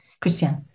Christian